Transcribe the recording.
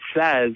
says